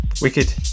Wicked